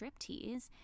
striptease